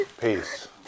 Peace